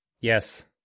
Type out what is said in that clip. Yes